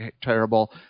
terrible